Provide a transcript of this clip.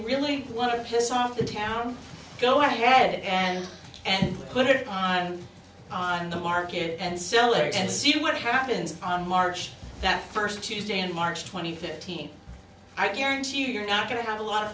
really want to piss off the town go ahead and put it on on the market and sell it and see what happens on march that first tuesday in march twenty fifth team i guarantee you you're not going to have a lot of